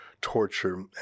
torture